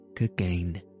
again